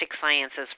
sciences